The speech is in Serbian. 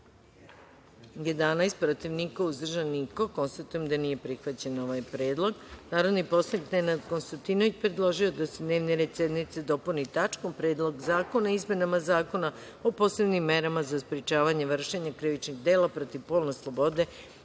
11, protiv – niko, uzdržanih – nema. Konstatujem da nije prihvaćen predlog. Narodni poslanik Nenad Konstantinović predložio je da se dnevni red sednice dopuni tačkom - Predlog zakona o izmenama Zakona o posebnim merama za sprečavanje vršenja krivičnih dela protiv polne slobode